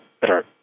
better